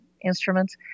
instruments